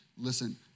Listen